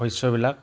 শস্যবিলাক